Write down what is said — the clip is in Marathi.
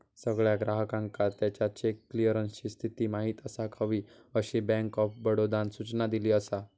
सगळ्या ग्राहकांका त्याच्या चेक क्लीअरन्सची स्थिती माहिती असाक हवी, अशी बँक ऑफ बडोदानं सूचना दिली असा